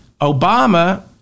Obama